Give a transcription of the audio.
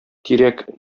тирәк